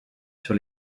sur